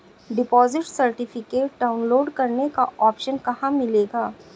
Deposit certificate download करने का option कहां मिलेगा?